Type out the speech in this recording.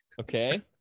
Okay